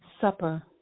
Supper